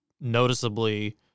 noticeably